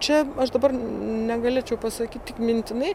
čia aš dabar negalėčiau pasakyt tik mintinai